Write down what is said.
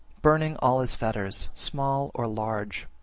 burning all his fetters, small or large.